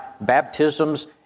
baptisms